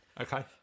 Okay